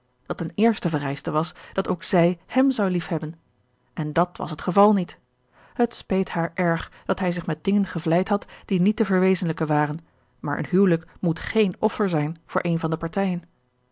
dat een eerste vereischte was dat ook zij hem zou liefhebben en dat was het geval niet het speet haar erg dat hij zich met dingen gevleid had die niet te verwezenlijken waren maar een huwelijk moet geen offer zijn voor een van de partijen